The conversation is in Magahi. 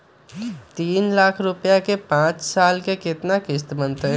तीन लाख रुपया के पाँच साल के केतना किस्त बनतै?